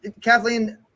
Kathleen